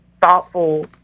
thoughtful